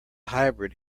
hybrid